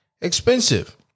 expensive